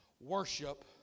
Worship